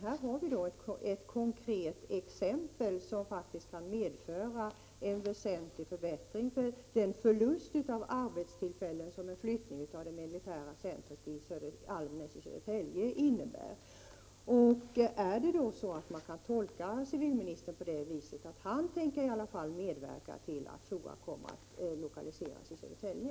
Här har vi ett konkret exempel, som faktiskt kan medföra en väsentlig förbättring efter den förlust av arbetstillfällen som en förflyttning av det militära centrumet Almnäs i Södertälje innebär. Kan man tolka civilministern på det sättet, att i alla fall han kommer att medverka till att FOA kommer att lokaliseras till Södertälje?